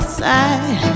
side